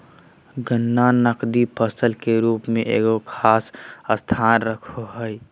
गन्ना नकदी फसल के रूप में एगो खास स्थान रखो हइ